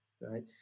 right